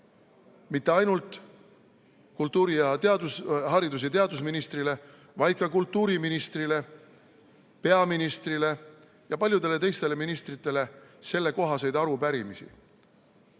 mitte ainult haridus‑ ja teadusministrile, vaid ka kultuuriministrile, peaministrile ja paljudele teistele ministritele sellekohaseid arupärimisi.